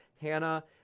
Hannah